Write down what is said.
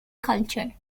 culture